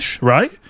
right